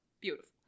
beautiful